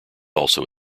also